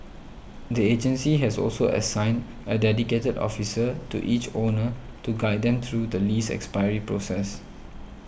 the agency has also assigned a dedicated officer to each owner to guide them through the lease expiry process